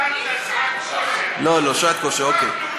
ניצלת שעת כושר וכופפת אותם.